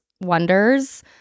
wonders